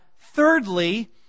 thirdly